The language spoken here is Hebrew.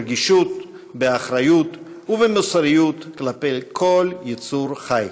ברגישות, באחריות ובמוסריות כלפי כל יצור חי.